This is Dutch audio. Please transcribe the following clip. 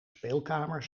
speelkamer